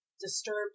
disturbed